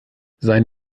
sein